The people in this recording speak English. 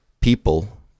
people